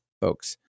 folks